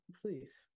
Please